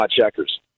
checkers